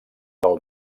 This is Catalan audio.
del